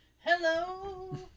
hello